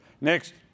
Next